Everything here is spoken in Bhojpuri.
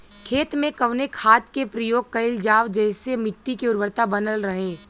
खेत में कवने खाद्य के प्रयोग कइल जाव जेसे मिट्टी के उर्वरता बनल रहे?